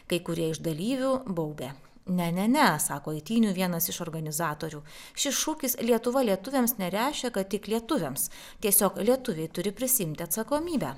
kai kurie iš dalyvių baubė ne ne ne sako eitynių vienas iš organizatorių šis šūkis lietuva lietuviams nereiškia kad tik lietuviams tiesiog lietuviai turi prisiimti atsakomybę